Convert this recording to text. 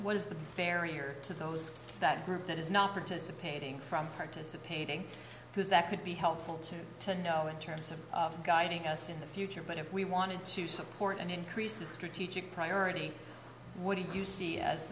what is the barrier to those that group that is not participating from participating because that could be helpful to to know in terms of guiding us in the future but if we wanted to support an increase this could teach it priority what do you see as